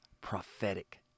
prophetic